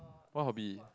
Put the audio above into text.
what hobby